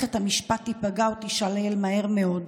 מערכת המשפט תיפגע או תישלל מהר מאוד.